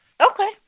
okay